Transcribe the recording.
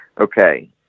okay